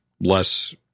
less